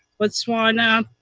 botswana,